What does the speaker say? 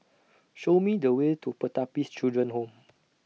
Show Me The Way to Pertapis Children Home